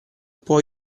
può